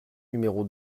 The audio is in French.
numéro